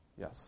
Yes